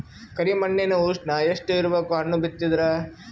ಕರಿ ಮಣ್ಣಿನ ಉಷ್ಣ ಎಷ್ಟ ಇರಬೇಕು ಹಣ್ಣು ಬಿತ್ತಿದರ?